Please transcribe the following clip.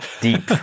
Deep